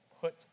put